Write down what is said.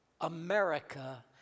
America